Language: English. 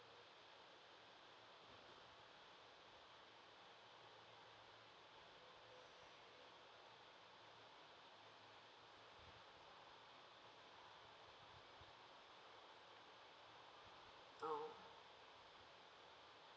oh